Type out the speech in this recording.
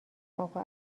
اقا